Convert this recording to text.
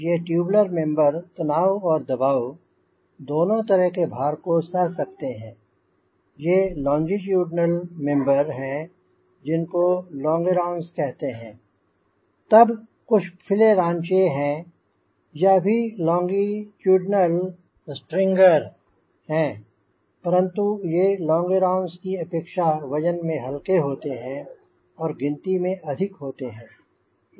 ये tubular member तनाव और दबाव दोनों तरह के भार को सह सकते हैं ये लॉंजिटूडिनल मेम्बर हैं जिनको लोंगेरोंस कहते हैं तब कुछ फ़िल्लेरांचे हैं यह भी लॉंजिटूडिनल स्ट्रिंगर हैं परंतु ये लोंगेरोंस की अपेक्षा वजन में हलके होते हैं और गिनती में अधिक होते हैं